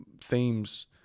themes